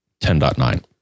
10.9